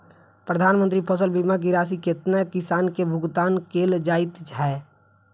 प्रधानमंत्री फसल बीमा की राशि केतना किसान केँ भुगतान केल जाइत है?